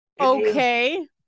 Okay